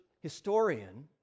historian